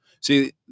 See